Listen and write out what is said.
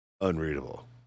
unreadable